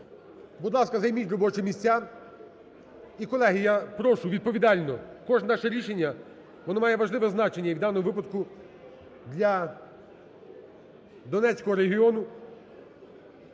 Будь ласка, займіть робочі місця. І колеги, я прошу відповідально, кожне наше рішення воно має важливе значення і у даному випадку для Донецького регіону.